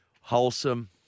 wholesome